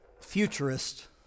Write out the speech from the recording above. futurist